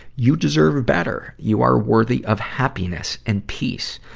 you deserve better. you are worthy of happiness and peace,